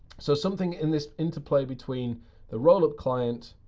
so something in this interplay between the rollup client,